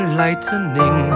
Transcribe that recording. lightning